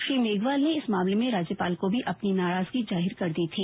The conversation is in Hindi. श्री मेघवाल ने इस मामले में राज्यपाल को भी अपनी नाराजगी जाहिर कर दी थी